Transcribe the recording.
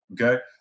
okay